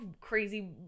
crazy